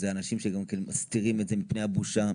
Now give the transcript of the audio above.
אלה אנשים שגם כן מסתירים את זה מפני הבושה,